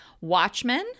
watchmen